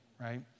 right